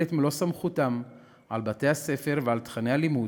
את מלוא סמכותם על בתי-הספר ועל תוכני הלימוד,